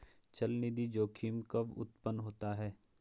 चलनिधि जोखिम कब उत्पन्न होता है?